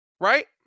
Right